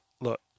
look